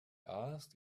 asked